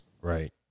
Right